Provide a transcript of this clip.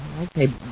Okay